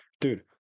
Dude